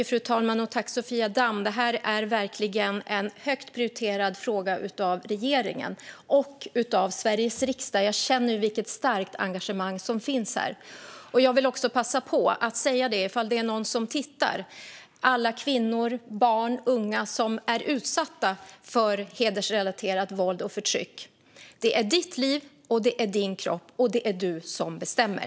Fru talman! Det här är verkligen en högt prioriterad fråga av regeringen och av Sveriges riksdag. Jag känner ju vilket starkt engagemang som finns här. Till dem som tittar och alla kvinnor, unga och barn som är utsatta för hedersrelaterat våld och förtryck vill jag passa på att säga: Det är ditt liv, det är din kropp och det är du som bestämmer!